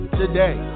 today